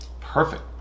perfect